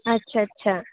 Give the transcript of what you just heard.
আচ্ছা আচ্ছা